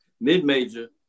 mid-major